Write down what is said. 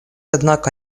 однако